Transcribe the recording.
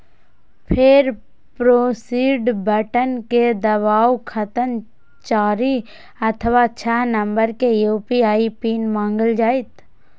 फेर proceed button कें दबाउ, तखन चारि अथवा छह नंबर के यू.पी.आई पिन मांगल जायत